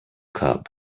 cub